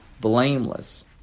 blameless